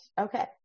Okay